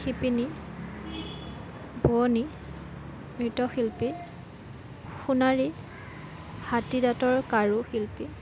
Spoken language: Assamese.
শিপিনী বোৱনী মৃত শিল্পী সোণাৰী হাঁতী দাতৰ কাৰু শিল্পী